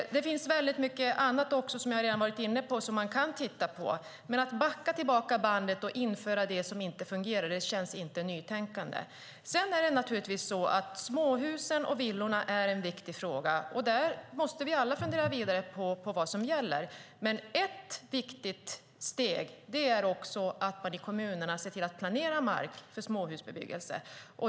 Det finns väldigt mycket annat som jag redan har varit inne på som man kan titta på. Men att backa tillbaka bandet och införa det som inte fungerar känns inte som ett nytänkande. Småhusen och villorna är naturligtvis en viktig fråga. Där måste vi alla fundera vidare på vad som gäller. Men ett viktigt steg är att man i kommunerna ser till att planera mark för småhusbebyggelse.